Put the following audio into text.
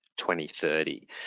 2030